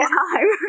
time